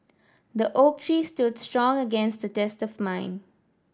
the oak tree stood strong against the test of mime